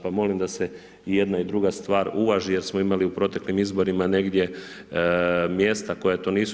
Pa molim da se i jedna i druga stvar uvaži, jer smo imali u proteklim izborima negdje mjesta koja to nisu.